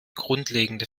grundlegende